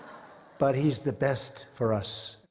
but he's the best for us.